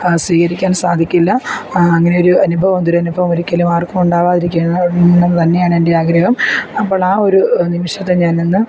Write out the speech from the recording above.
സ്വീകരിക്കാൻ സാധിക്കില്ല അങ്ങനെ ഒരു അനുഭവം ദുരനുഭവം ഒരിക്കലും ആർക്കും ഉണ്ടാകാതിരിക്കണം എന്ന് തന്നെയാണ് എൻ്റെ ആഗ്രഹം അപ്പോൾ ആ ഒരു നിമിഷത്തെ ഞാനിന്ന്